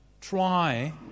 try